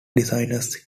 designers